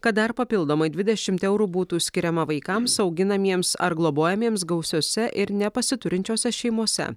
kad dar papildomai dvidešimt eurų būtų skiriama vaikams auginamiems ar globojamiems gausiose ir nepasiturinčiose šeimose